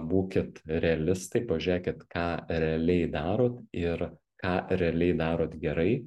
būkit realistai pažiūrėkit ką realiai darot ir ką realiai darot gerai